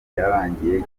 yarangiye